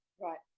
Right